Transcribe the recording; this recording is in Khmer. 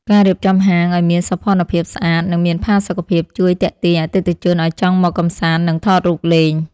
ការរៀបចំហាងឱ្យមានសោភ័ណភាពស្អាត និងមានផាសុកភាពជួយទាក់ទាញអតិថិជនឱ្យចង់មកកម្សាន្តនិងថតរូបលេង។